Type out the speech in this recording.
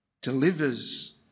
delivers